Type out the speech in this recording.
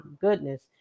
goodness